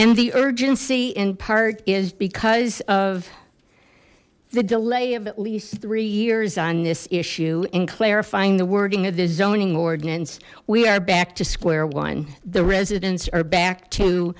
and the urgency in part is because of the delay of at least three years on this issue in clarifying the wording of the zoning ordinance we are back to square one the residents are back to